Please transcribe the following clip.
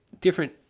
different